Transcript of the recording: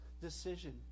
decision